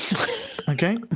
Okay